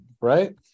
Right